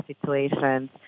situations